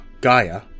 Gaia